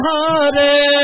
Hare